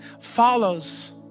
follows